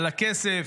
על הכסף,